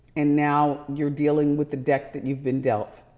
and now you're dealing with the deck that you've been dealt.